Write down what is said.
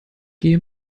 gehe